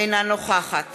אינה נוכחת